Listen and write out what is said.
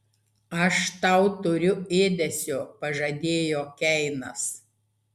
aš tau turiu ėdesio pažadėjo keinas